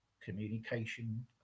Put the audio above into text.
communication